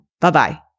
Bye-bye